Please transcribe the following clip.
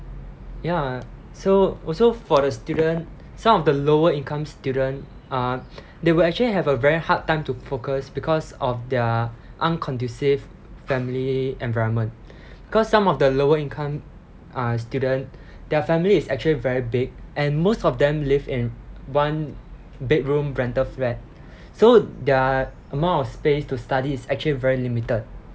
ya so also for the student some of the lower income student uh they will actually have a very hard time to focus because of their un-conducive family environment cause some of the lower income uh student their family is actually very big and most of them live in one bedroom rental flat so their amount of space to study is actually very limited